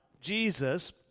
Jesus